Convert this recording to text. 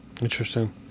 interesting